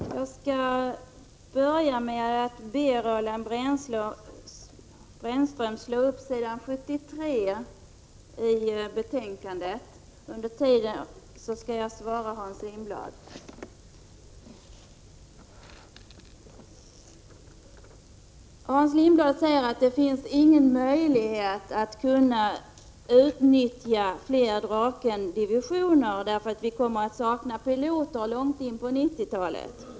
Herr talman! Jag skall börja med att be Roland Brännström slå upp s. 73i betänkandet. Under tiden skall jag svara Hans Lindblad. Hans Lindblad säger att det inte finns någon möjlighet att utnyttja fler Drakendivisioner, eftersom vi kommer att ha brist på piloter långt in på 1990-talet.